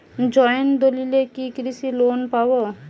Joint দলিলে কি কৃষি লোন পাব?